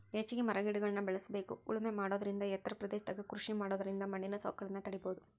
ಹೆಚ್ಚಿಗಿ ಮರಗಿಡಗಳ್ನ ಬೇಳಸ್ಬೇಕು ಉಳಮೆ ಮಾಡೋದರಿಂದ ಎತ್ತರ ಪ್ರದೇಶದಾಗ ಕೃಷಿ ಮಾಡೋದರಿಂದ ಮಣ್ಣಿನ ಸವಕಳಿನ ತಡೇಬೋದು